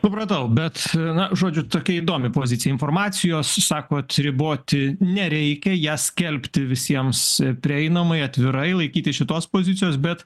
supratau bet na žodžiu tokia įdomi pozicija informacijos sakot riboti nereikia ją skelbti visiems prieinamai atvirai laikytis šitos pozicijos bet